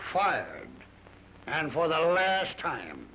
fire and for the last time